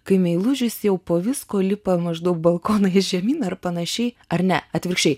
kai meilužis jau po visko lipa maždaug balkonais žemyn ar panašiai ar ne atvirkščiai